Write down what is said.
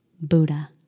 Buddha